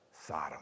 Sodom